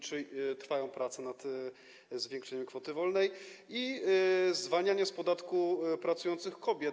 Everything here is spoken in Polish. Czy trwają prace nad zwiększeniem kwoty wolnej i zwalnianiem z podatku pracujących kobiet?